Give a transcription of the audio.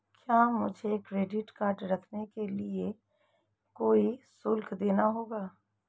क्या मुझे credit card रखने के लिए कोई शुल्क देना होगा?